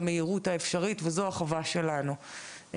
זו החובה שלנו.